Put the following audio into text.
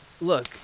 Look